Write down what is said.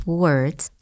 words